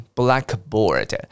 ?blackboard